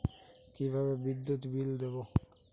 কিভাবে বিদ্যুৎ বিল দেবো?